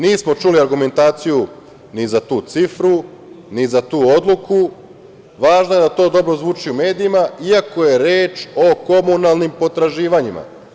Nismo čuli argumentaciju ni za tu cifru, ni za tu odluku, važno je da to dobro zvuči u medijima iako je reč o komunalnim potraživanjima.